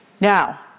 now